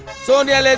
sonia like